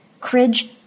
Cridge